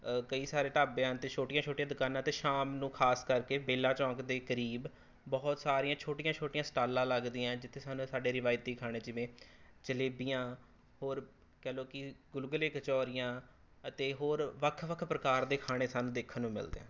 ਕਈ ਸਾਰੇ ਢਾਬੇ ਹਨ ਅਤੇ ਛੋਟੀਆਂ ਛੋਟੀਆਂ ਦੁਕਾਨਾਂ 'ਤੇ ਸ਼ਾਮ ਨੂੰ ਖਾਸ ਕਰਕੇ ਬੇਲਾ ਚੌਂਕ ਦੇ ਕਰੀਬ ਬਹੁਤ ਸਾਰੀਆਂ ਛੋਟੀਆਂ ਛੋਟੀਆਂ ਸਟਾਲਾਂ ਲੱਗਦੀਆਂ ਜਿੱਥੇ ਸਾਨੂੰ ਸਾਡੇ ਰਿਵਾਇਤੀ ਖਾਣੇ ਜਿਵੇਂ ਜਲੇਬੀਆਂ ਹੋਰ ਕਹਿ ਲਓ ਕਿ ਗੁਲਗੁਲੇ ਕਚੌਰੀਆਂ ਅਤੇ ਹੋਰ ਵੱਖ ਵੱਖ ਪ੍ਰਕਾਰ ਦੇ ਖਾਣੇ ਸਾਨੂੰ ਦੇਖਣ ਨੂੰ ਮਿਲਦੇ